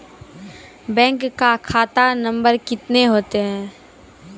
Bank का खाता number कितने होते हैं?